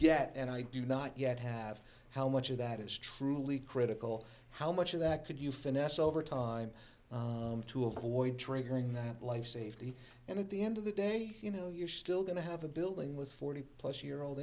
yet and i do not yet have how much of that is truly critical how much of that could you finesse over time to avoid triggering that life safety and at the end of the day you know you're still going to have a building with forty plus year old